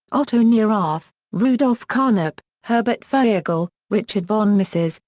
otto neurath, rudolf carnap, herbert feigl, richard von mises,